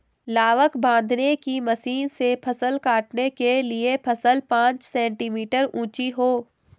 लावक बांधने की मशीन से फसल काटने के लिए फसल पांच सेंटीमीटर ऊंची हो